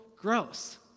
gross